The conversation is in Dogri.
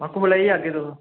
अच्छा कोलै जेह् आह्गे तुस